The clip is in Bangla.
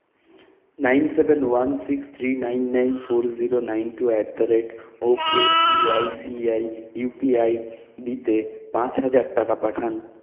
nine seven one six three nine nine four zero nine two at the rate O K C I C C I U P I আইডিতে পাঁচ হাজার টাকা পাঠান